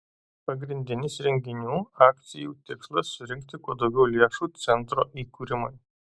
pagrindinis renginių akcijų tikslas surinkti kuo daugiau lėšų centro įkūrimui